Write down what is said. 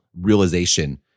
realization